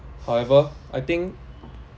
however I think